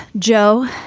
joe,